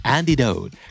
Antidote